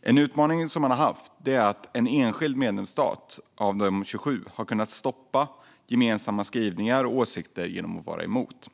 En utmaning som man har haft är att en enskild medlemsstat av de 27 har kunnat stoppa gemensamma skrivningar och åsikter genom att vara emot.